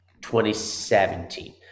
2017